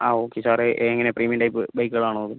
ആ ഓക്കെ സാറെ എങ്ങന പ്രീമിയം ടൈപ്പ് ബൈക്കുകൾ ആണോ നോക്കുന്നത്